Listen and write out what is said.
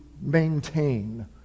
maintain